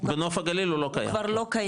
בנוף הגליל הוא כבר לא קיים.